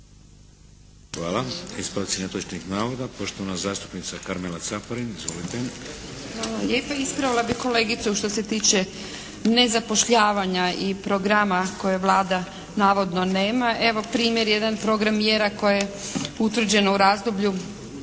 Hvala. Ispravci netočnih navoda. Poštovana zastupnica Karmela Caparin. Izvolite. **Caparin, Karmela (HDZ)** Hvala lijepo. Ispravila bih kolegicu što se tiče nezapošljavanja i programa koje Vlada navodno nema. Evo primjer, jedan program mjera koje utvrđeno u razdoblju,